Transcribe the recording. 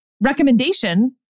recommendation